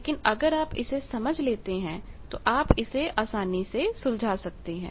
लेकिन अगर आप इसे समझ लेते हैं तो आप इसे आसानी से सुलझा सकते हैं